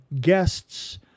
guests